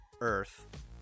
Earth